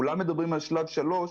כולם מדברים על שלב 3,